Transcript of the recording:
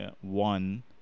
One